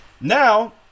Now